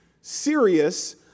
serious